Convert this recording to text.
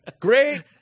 Great